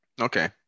Okay